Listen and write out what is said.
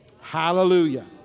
Hallelujah